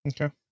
Okay